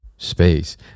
space